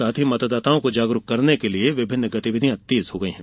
साथ ही मतदाताओं को जागरुक करने के लिए गतिविधियां तेज हो गई हैं